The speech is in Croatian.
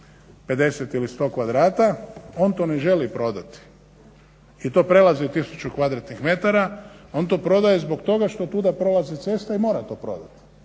50 ili 100 kvadrata. On to ne želi prodati i to prelazi 1000 kvadratnih metara. On to prodaje zbog toga što tuda prolazi cesta i mora to prodati.